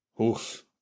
Oof